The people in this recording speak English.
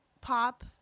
pop